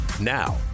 Now